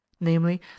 namely